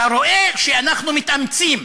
אתה רואה שאנחנו מתאמצים,